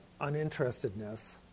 uninterestedness